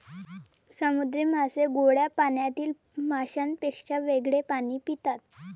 समुद्री मासे गोड्या पाण्यातील माशांपेक्षा वेगळे पाणी पितात